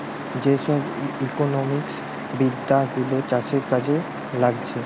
যে সব ইকোনোমিক্স বিদ্যা গুলো চাষের জন্যে লাগছে